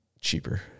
cheaper